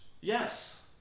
Yes